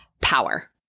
power